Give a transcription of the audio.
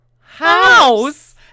House